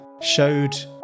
showed